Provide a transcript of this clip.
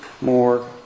more